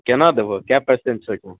केना देबहो कए पर्सेंट